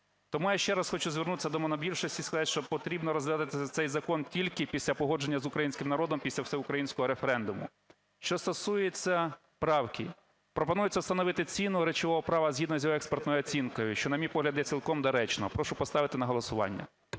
Тому я ще раз хочу звернутися до монобільшості і сказать, що потрібно розглядати цей закон тільки після погодження з українським народом після всеукраїнського референдуму. Що стосується правки. Пропонується встановити ціну речового права "згідно із експертною оцінкою", що, на мій погляд, є цілком доречно. Прошу поставити на голосування